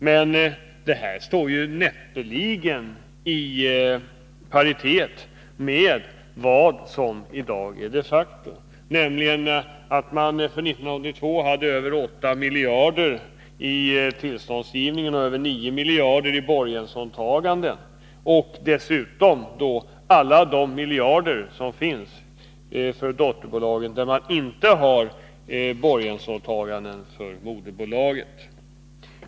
Men det här står ju näppeligen i överensstämmelse med vad som i dag de facto gäller, nämligen att man för 1982 hade över 8 miljarder i tillståndsgivning och över 9 miljarder i borgensåtaganden. Därtill kommer alla de miljarder avseende dotterbolagen för vilka man inte har borgensåtaganden för moderbolaget.